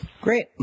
Great